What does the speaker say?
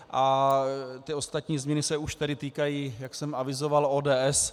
A ty ostatní změny se už tedy týkají, jak jsem avizoval, ODS.